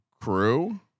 crew